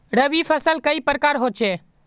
रवि फसल कई प्रकार होचे?